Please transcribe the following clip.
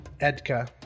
Edka